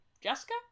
Jessica